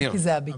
ואופיר.